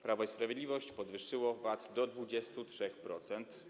Prawo i Sprawiedliwość podwyższyło VAT do 23%.